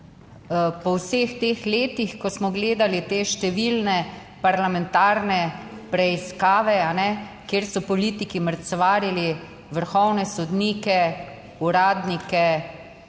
po vseh teh letih, ko smo gledali te številne parlamentarne preiskave, kjer so politiki mrcvarili vrhovne sodnike, uradnike,